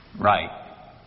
right